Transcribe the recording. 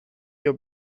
your